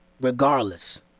regardless